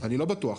אני לא בטוח.